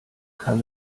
kann